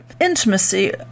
intimacy